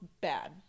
bad